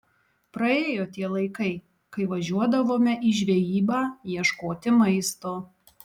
praėjo tie laikai kai važiuodavome į žvejybą ieškoti maisto